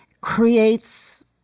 creates